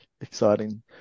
exciting